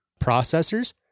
processors